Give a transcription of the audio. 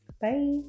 bye